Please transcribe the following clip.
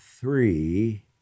three